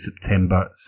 September